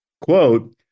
Quote